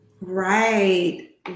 Right